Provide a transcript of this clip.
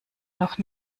noch